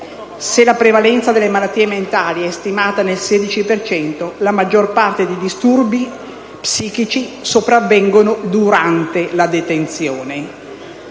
Se la prevalenza delle malattie mentali è stimata nel 16 per cento, per la maggior parte i disturbi psichici sopravvengono durante la detenzione.